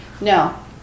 No